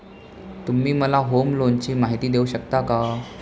तुम्ही मला होम लोनची माहिती देऊ शकता का?